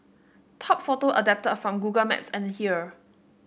top photo adapted from Google Maps and here